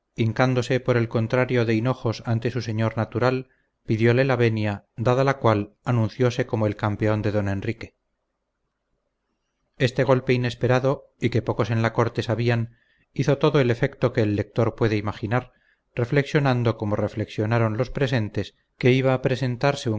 hincándose por el contrario de hinojos ante su señor natural pidióle la venia dada la cual anuncióse como el campeón de don enrique este golpe inesperado y que pocos en la corte sabían hizo todo el efecto que el lector puede imaginar reflexionando como reflexionaron los presentes que iba a presentarse un